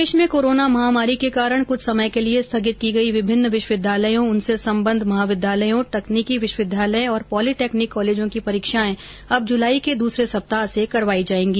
प्रदेश में कोरोना महामारी के कारण क्ष्ठ समय के लिए स्थगित की गई विभिन्न विश्वविद्यालयों उनसे सम्बद्ध महाविद्यालयों तकनीकी विश्वविद्यालय और पॉलिटेक्नीक कॉलेजों की परीक्षाएं अब जुलाई के दूसरे सप्ताह से करवाई जायेंगी